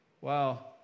Wow